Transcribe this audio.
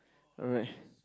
alright